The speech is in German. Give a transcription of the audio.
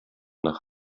nach